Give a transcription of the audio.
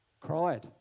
Cried